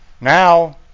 Now